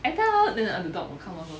adult then the dog will come also